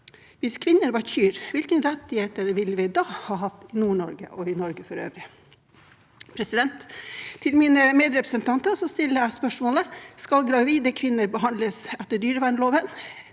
hvis kvinner var kyr, hvilke rettigheter ville vi da ha hatt i Nord-Norge og i Norge for øvrig? Til mine medrepresentanter stiller jeg spørsmålet: Skal gravide kvinner behandles etter dyrevernloven,